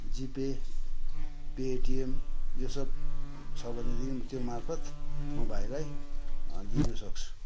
GPay Paytm यो सब छ भनेदेखि त्यो मार्फत म भाइलाई दिनुसक्छु